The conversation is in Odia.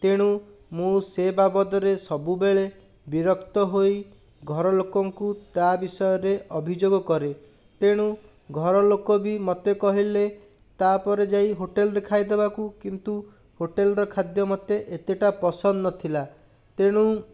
ତେଣୁ ମୁଁ ସେ ବାବଦରେ ସବୁବେଳେ ବିରକ୍ତ ହୋଇ ଘର ଲୋକଙ୍କୁ ତା'ବିଷୟରେ ଅଭିଯୋଗ କରେ ତେଣୁ ଘର ଲୋକ ବି ମୋତେ କହିଲେ ତା'ପରେ ଯାଇ ହୋଟେଲରେ ଖାଇ ଦେବାକୁ କିନ୍ତୁ ହୋଟେଲର ଖାଦ୍ୟ ମୋତେ ଏତେଟା ପସନ୍ଦ ନଥିଲା ତେଣୁ